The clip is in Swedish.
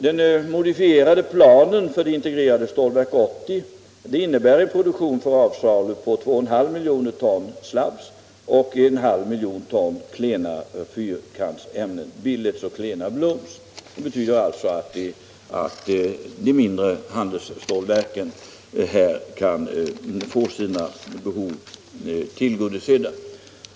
Den modifierade planen för det integrerade Stålverk 80 innebär en produktion för avsalu på 2,5 miljoner ton slabs och 0,5 miljoner ton klena fyrkantsämnen -— billets och klena blooms. Det betyder alltså att de mindre handelsstålverken här kan få sina behov tillgodosedda.